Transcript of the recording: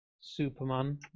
Superman